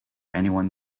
anyone